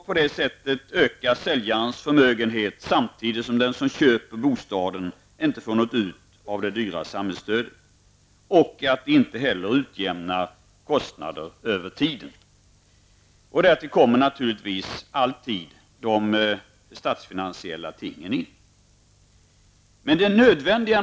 På det sättet ökar säljarens förmögenhet, samtidigt som den som köper bostaden inte får del av det dyra samhällsstödet. Inte heller utjämnas kostnaderna över tiden. Därtill kommer, naturligtvis, de statsfinansiella tingen.